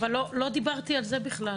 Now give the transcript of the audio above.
אבל לא דיברתי על זה בכלל.